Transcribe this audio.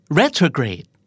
retrograde